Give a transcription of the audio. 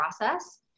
process